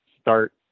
start